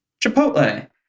Chipotle